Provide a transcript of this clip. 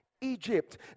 Egypt